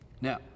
Now